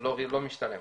לא משתלם.